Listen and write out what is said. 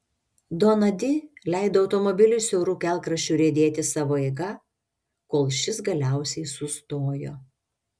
dona di leido automobiliui siauru kelkraščiu riedėti savo eiga kol šis galiausiai sustojo